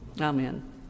Amen